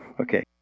Okay